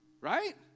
Right